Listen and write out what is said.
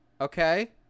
okay